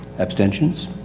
abstentions.